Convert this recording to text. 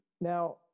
Now